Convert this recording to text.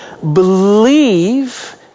believe